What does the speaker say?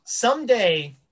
Someday